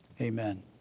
Amen